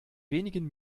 wenigen